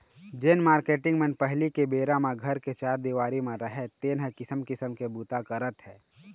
जेन मारकेटिंग मन पहिली के बेरा म घर के चार देवाली म राहय तेन ह किसम किसम के बूता करत हे